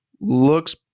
looks